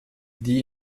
die